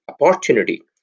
opportunity